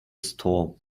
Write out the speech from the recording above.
storm